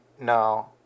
No